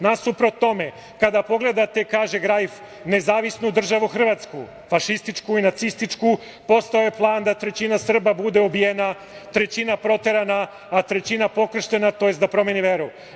Nasuprot tome, kada pogledate, kaže Grajf, Nezavisnu državu Hrvatsku, fašističku i nacističku, postojao je plan da trećina Srba bude ubijena, trećina proterana, a trećina pokrštena, to jest da promeni veru.